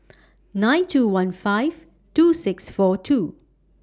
nine two one five two six four two